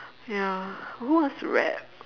ya who wants to rap